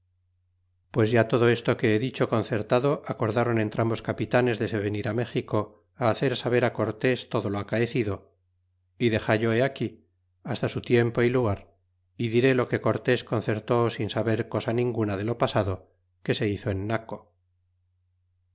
pues ya todo esto que he dicho concertado acordron entrambos capitanes de se venir méxico hacer saber cortés todo le acaecido y dexallo he aquí hasta su tiempo y lugar y diré lo que cortés concerté sin saber cosa ninguna de lo pasado que se hizo en naco